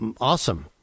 Awesome